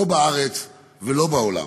לא בארץ ולא בעולם.